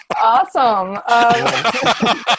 Awesome